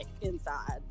inside